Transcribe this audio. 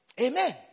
Amen